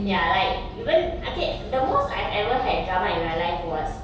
ya like even okay the most I've ever had drama in my life was